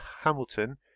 Hamilton